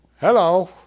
Hello